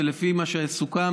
ולפי מה שסוכם,